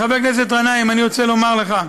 בדרך, רמטכ"ל כן צריך שתהיה לו תחנת שידור?